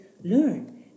learn